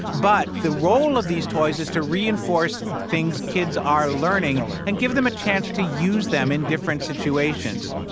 but the role of these toys is to reinforce things kids are learning. and give them a chance to use them in different situations